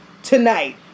Tonight